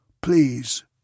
Please